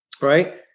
right